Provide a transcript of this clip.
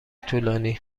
طولانی